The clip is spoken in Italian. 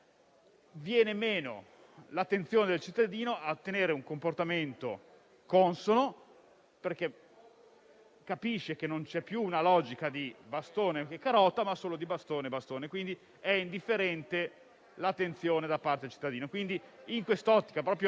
viene meno l'attenzione del cittadino a tenere un comportamento consono, perché capisce che non c'è più una logica di bastone e carota, ma solo di bastone e bastone. Quindi è indifferente l'attenzione da parte del cittadino. In quest'ottica, proprio